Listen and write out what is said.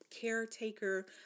caretaker